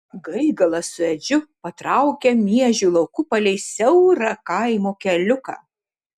gaigalas su edžiu patraukė miežių lauku palei siaurą kaimo keliuką